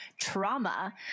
trauma